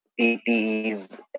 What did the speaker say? PPEs